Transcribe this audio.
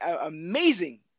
amazing